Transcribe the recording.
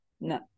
no